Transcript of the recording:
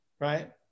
right